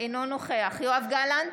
אינו נוכח יואב גלנט,